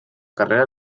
carrera